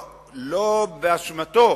לא באשמתו,